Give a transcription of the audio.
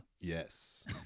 Yes